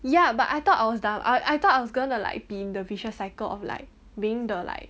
ya but I thought I was dumb I I thought I was gonna like be in the vicious cycle of like being the like